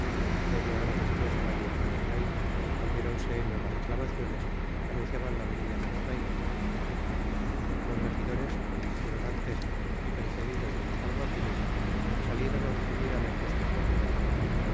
media hora despues de la llegada del rey oyéronse nuevas aclamaciones que anunciaban la venida de la reina los rejidores como lo hicieron antes y precedidos de los alguaciles salieron á recibir á la ilustre convidada